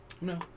No